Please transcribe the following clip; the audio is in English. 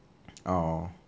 orh